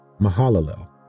Mahalalel